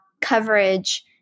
coverage